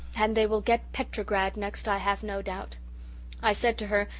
and they will get petrograd next i have no doubt i said to her,